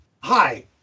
Hi